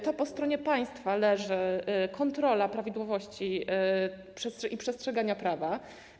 To po stronie państwa leży kontrola prawidłowości i przestrzegania prawa.